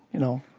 you know,